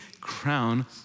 crown